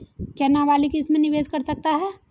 क्या नाबालिग इसमें निवेश कर सकता है?